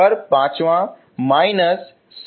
तो पाँचवाँ −6x2 है